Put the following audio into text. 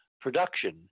production